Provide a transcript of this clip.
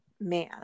Man